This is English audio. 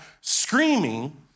screaming